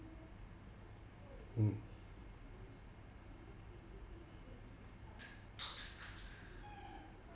mm